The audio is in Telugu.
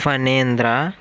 ఫణేంద్ర